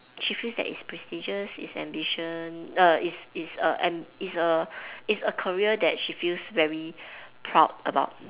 she feels that it's prestigious it's ambition err it's it's a am~ it's a it's a career that she feels very proud about